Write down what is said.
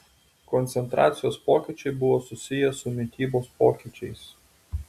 koncentracijos pokyčiai buvo susiję su mitybos pokyčiais